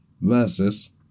versus